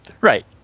right